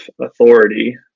authority